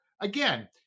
again